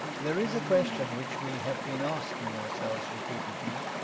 there is a question which we have been asking ourselves repeatedly,